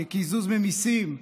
כקיזוז במיסים.